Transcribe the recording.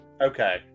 Okay